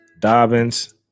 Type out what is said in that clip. Dobbins